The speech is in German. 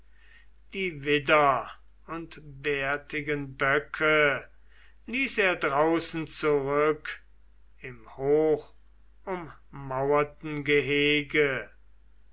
die widder und bärtigen böcke ließ er draußen zurück im hochummaurten gehege